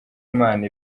imana